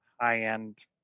high-end